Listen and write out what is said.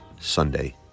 Sunday